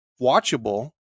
watchable